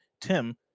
tim